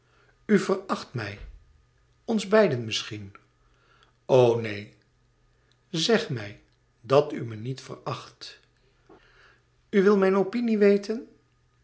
veracht mij ons beiden misschien o neen zeg mij dat u mij niet veracht u wil mijn opinie weten